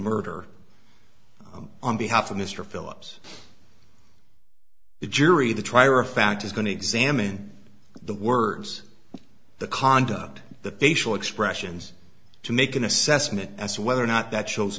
murder on behalf of mr phillips the jury the trier of fact is going to examine the words the conduct the facial expressions to make an assessment as to whether or not that shows